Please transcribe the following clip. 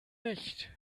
nicht